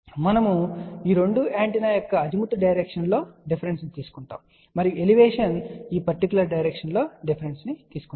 మనము ఈ 2 యాంటెన్నా యొక్క అజీముత్ డైరెక్షన్లో డిఫరెన్స్ ని తీసుకుంటాము మరియు ఎలివేషన్ వెంట ఈ పర్టికులర్ డైరెక్షన్లో డిఫరెన్స్ ని తీసుకుంటాము